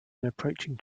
approaching